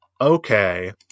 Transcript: okay